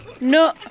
No